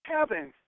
Heaven